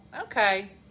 Okay